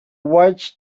right